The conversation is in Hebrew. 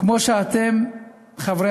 כמו שאתם כבר יודעים,